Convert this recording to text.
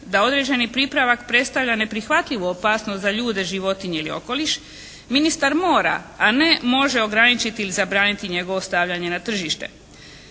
da određeni pripravak predstavlja neprihvatljivu opasnost za ljude, životinje ili okoliš ministar mora a ne može ograničiti ili zabraniti njegovo stavljanje na tržište.